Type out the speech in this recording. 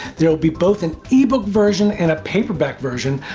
there will be both an ebook version and a paperback version,